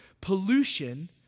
pollution